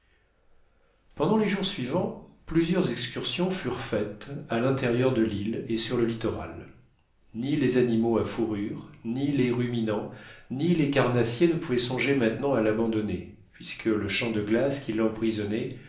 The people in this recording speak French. pendant les jours suivants plusieurs excursions furent faites à l'intérieur de l'île et sur le littoral ni les animaux à fourrures ni les ruminants ni les carnassiers ne pouvaient songer maintenant à l'abandonner puisque le champ de glace qui